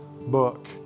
book